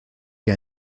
que